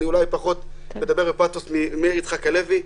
אני אולי פחות מדבר בפתוס ממאיר יצחק הלוי,